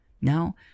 Now